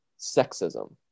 Sexism